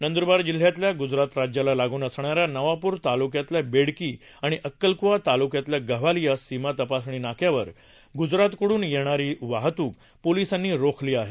नंद्रबार जिल्ह्यातल्या गुजरात राज्याला लागून असणाऱ्या नवापुर तालुक्यातील बेडकी आणि अक्कलकुवा तालुक्यातल्या गव्हाली या सीमा तपासणी नाक्यावर ग्जरातकड्रन येणारी जाणारी वाहत्रक पोलिसांनी रोखली आहे